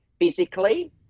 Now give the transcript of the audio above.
physically